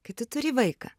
kai tu turi vaiką